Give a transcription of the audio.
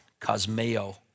cosmeo